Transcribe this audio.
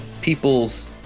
people's